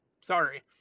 Sorry